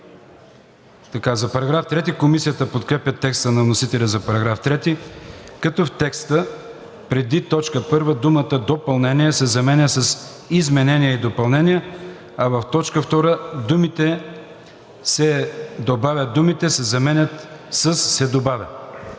Комисията подкрепя текста на вносителя за § 3, като в текста преди т. 1 думата „допълнения“ се заменя с „изменения и допълнения“, а в т. 2 думите „се добавят думите“ се заменят със „се добавя“.